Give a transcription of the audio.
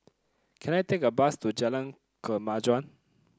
can I take a bus to Jalan Kemajuan